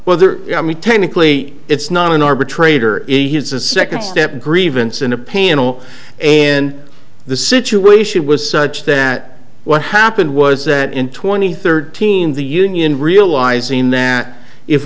whether i mean technically it's not an arbitrator in his a second step grievance in a panel and the situation was such that what happened was that in twenty thirteen the union realizing that if